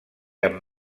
amb